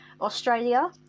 Australia